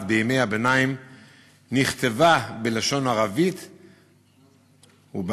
בימי הביניים נכתבה בלשון ערבית ובערבית-יהודית,